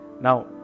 now